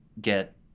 get